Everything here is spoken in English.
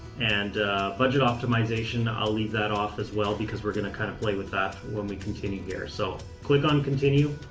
and budget optimization, i'll leave that off as well because we're going to kind of play with that when we continue here, so click on continue.